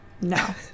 No